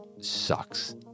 sucks